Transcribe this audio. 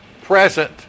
present